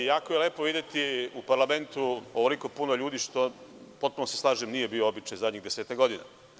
Jako je lepo videti u parlamentu ovoliko puno ljudi, što potpuno se slažem, nije bio običaj zadnjih desetak godina.